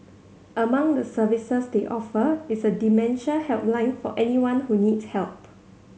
among the services they offer is a dementia helpline for anyone who needs help